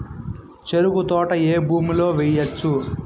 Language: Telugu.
చెరుకు తోట ఏ భూమిలో వేయవచ్చు?